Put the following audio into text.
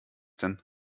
denn